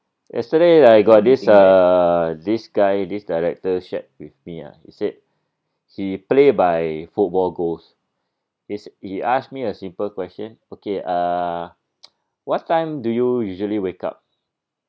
yesterday I got this uh this guy this director shared with me ah he said he play by football goals he asked me a simple question okay uh what time do you usually wake up